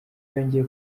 yongeye